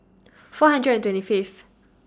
four hundred and twenty Fifth